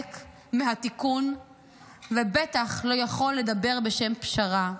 מהתיקון ובטח לא יכול לדבר בשם פשרה.